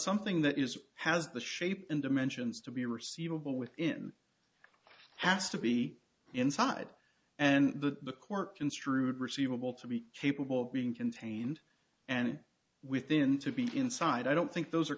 something that is has the shape and dimensions to be receivable within asked to be inside and the court construed receivable to be capable of being contained and within to be inside i don't think those are